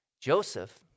joseph